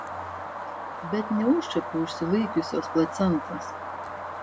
bet neužčiuopiu užsilaikiusios placentos